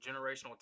generational